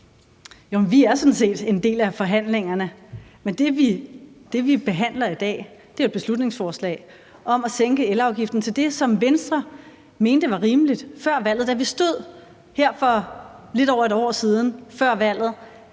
Vi er sådan set en del af forhandlingerne, men det, vi behandler i dag, er jo et beslutningsforslag om at sænke elafgiften til det, som Venstre mente var rimeligt før valget. Da vi stod her for lidt over et år siden, før valget,